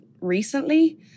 recently